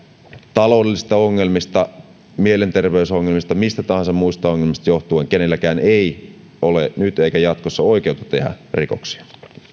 taloudellisista ongelmista mielenterveysongelmista tai mistä tahansa muista ongelmista johtuen kenelläkään ei ole nyt eikä jatkossa oikeutta tehdä rikoksia